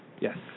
Yes